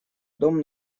дом